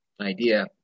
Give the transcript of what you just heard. idea